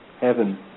heaven